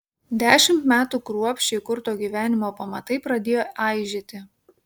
dešimt metų kruopščiai kurto gyvenimo pamatai pradėjo aižėti